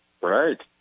Right